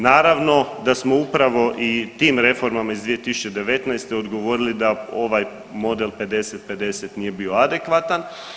Naravno da smo upravo i tim reformama iz 2019. odgovorili da ovaj model 50:50 nije bio adekvatan.